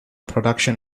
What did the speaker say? production